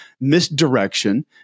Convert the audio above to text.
misdirection